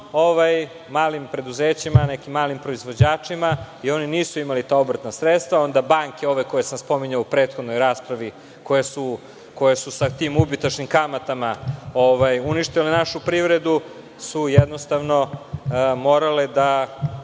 malim preduzećima, malim proizvođačima i oni nisu imali ta obrtna sredstva. Banke, koje sam spominjao u prethodnoj raspravi, su sa tim ubitačnim kamatama uništile našu privredu. Moralo je ovako da